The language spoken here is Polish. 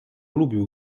lubił